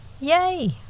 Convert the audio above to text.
yay